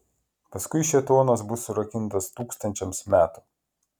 paskui šėtonas bus surakintas tūkstančiams metų